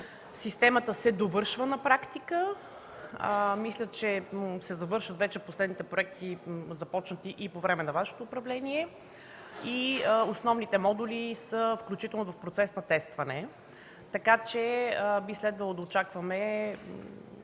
системата се довършва. Мисля, че се довършват вече последните проекти, започнати и по време на Вашето управление, и основните модули са в процес на тестване. Така че би следвало да очакваме